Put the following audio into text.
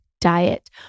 diet